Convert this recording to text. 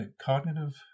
cognitive